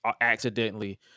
accidentally